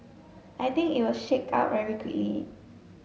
I think it will shake out very quickly